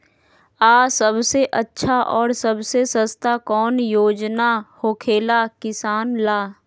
आ सबसे अच्छा और सबसे सस्ता कौन योजना होखेला किसान ला?